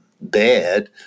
bad